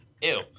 Ew